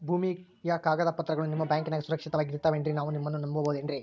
ಭೂಮಿಯ ಕಾಗದ ಪತ್ರಗಳು ನಿಮ್ಮ ಬ್ಯಾಂಕನಾಗ ಸುರಕ್ಷಿತವಾಗಿ ಇರತಾವೇನ್ರಿ ನಾವು ನಿಮ್ಮನ್ನ ನಮ್ ಬಬಹುದೇನ್ರಿ?